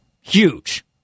Huge